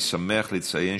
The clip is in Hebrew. אני שמח לציין